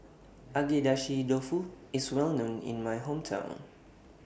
Agedashi Dofu IS Well known in My Hometown